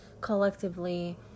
collectively